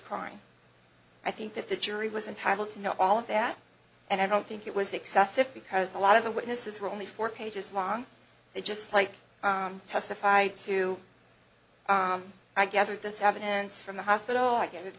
crime i think that the jury was entitled to know all of that and i don't think it was excessive because a lot of the witnesses were only four pages long they just like testified to i gathered this evidence from the hospital and get